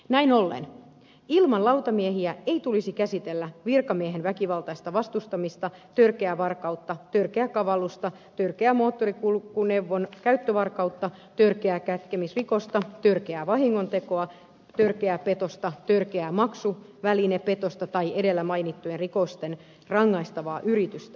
näin ollen ilman lautamiehiä ei tulisi käsitellä virkamiehen väkivaltaista vastustamista törkeää varkautta törkeää kavallusta törkeää moottorikulkuneuvon käyttövarkautta törkeää kätkemisrikosta törkeää vahingontekoa törkeää petosta törkeää maksuvälinepetosta tai edellä mainittujen rikosten rangaistavaa yritystä